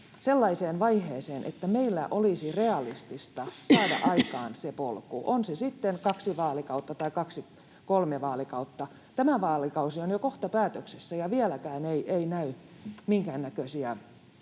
sellaiseen vaiheeseen, että meillä olisi realistista saada aikaan se polku, on se sitten kaksi vaalikautta tai kolme vaalikautta? Tämä vaalikausi on jo kohta päätöksessä, ja vieläkään ei näy minkäännäköisiä